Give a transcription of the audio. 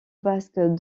basque